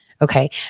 Okay